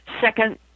Second